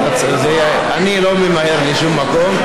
אני לא ממהר לשום מקום.